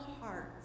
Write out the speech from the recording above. hearts